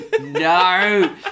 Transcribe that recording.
No